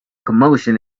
commotion